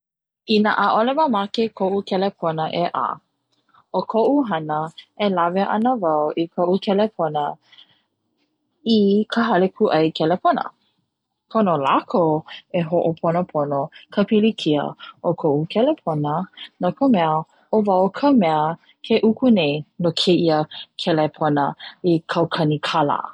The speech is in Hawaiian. Ina ʻaʻole mamake koʻu kelepona e ʻā, o koʻu hana e lawe ana wau i kaʻu kelepono i ka hale kuʻai kelepona. Pono lākou e hoʻopoponopo i ka pilikia o koʻu kelepona, no ka mea o wau ka mea ke ʻuku nei no keia kelepona i kaukani kala.